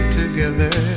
together